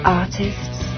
artists